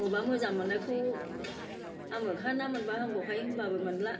अबेबा मोजां मोननायखौ आमोखा ना मोनब्ला हामगौहाय होनब्लाबो मोनला